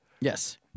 Yes